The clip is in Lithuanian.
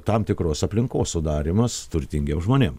tam tikros aplinkos sudarymas turtingiem žmonėms